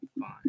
fine